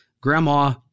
grandma